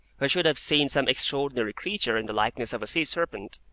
who should have seen some extraordinary creature in the likeness of a sea-serpent,